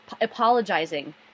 apologizing